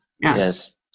Yes